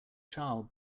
child